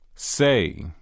Say